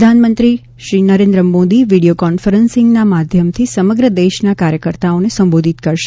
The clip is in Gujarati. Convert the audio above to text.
પ્રધાનમંત્રી શ્રી નરેન્દ્ર મોદી વીડિયો કોન્ફરન્સીંગના માધ્યમથી સમગ્ર દેશના કાર્યકર્તાઓને સંબોધિત કરશે